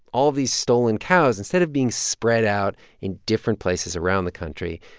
all of these stolen cows instead of being spread out in different places around the country,